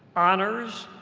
honors,